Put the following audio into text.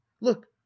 look